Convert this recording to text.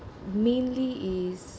mainly is